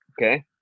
okay